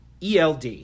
ELD